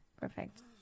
Perfect